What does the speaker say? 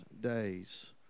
Days